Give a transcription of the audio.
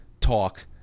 talk